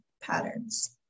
patterns